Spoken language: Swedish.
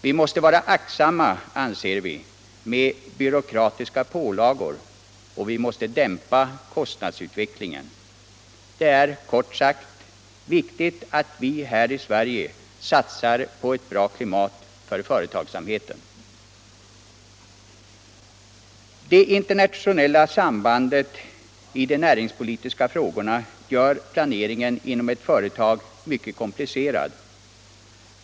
Vi måste vara aktsamma med byråkratiska pålagor och vi måste dämpa kostnadsutvecklingen. Det är, kort sagt, viktigt att vi här i Sverige satsar på ett bra klimat för företagsamheten. Det internationella sambandet i de näringspolitiska frågorna gör planeringen inom ett företag mycket komplicerad.